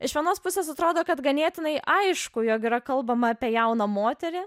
iš vienos pusės atrodo kad ganėtinai aišku jog yra kalbama apie jauną moterį